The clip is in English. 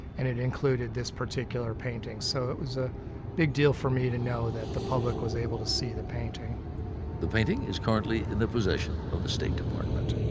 and it included this particular painting. so it was a big deal for me to know that the public was able to see the painting. osgood the painting is currently in the possession of the state department.